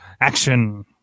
Action